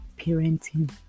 parenting